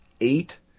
eight